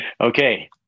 Okay